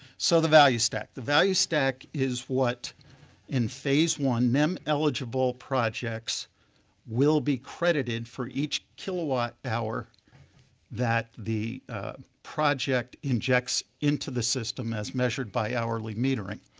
so the value stack. the value stack is what in phase one nem eligible projects will be credited for each kilowatt hour that the project injects into the system as measured by paurl like metering.